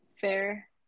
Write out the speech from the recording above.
Fair